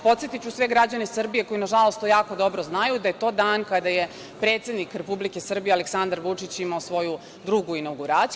Podsetiću sve građane Srbije koji na žalost to jako dobro znaju, da je to dan kada je predsednik Republike Srbije, Aleksandar Vučić imao svoju drugu inaguraciju.